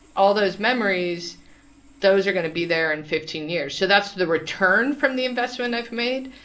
all those memories those are going to be there in fifteen years. so that's the return from the investment i've made.